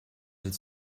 that